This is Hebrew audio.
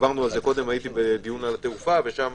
הייתי בדיון על התעופה ושם